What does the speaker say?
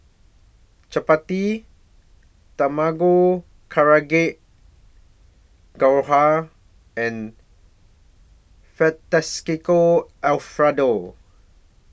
Chapati Tamago Gohan and Fettuccine Alfredo